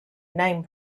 name